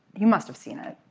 you must have seen it.